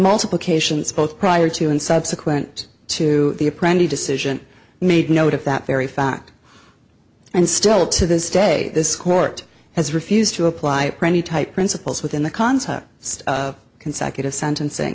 multiplications both prior to and subsequent to the apprentice decision made note of that very fact and still to this day this court has refused to apply for any type principals within the concept of consecutive sentencing